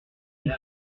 faut